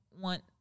want –